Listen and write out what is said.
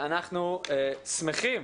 אנחנו שמחים